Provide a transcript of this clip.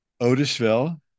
Otisville